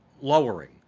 lowering